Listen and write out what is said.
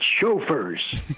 chauffeurs